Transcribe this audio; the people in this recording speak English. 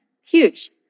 Huge